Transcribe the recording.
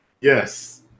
Yes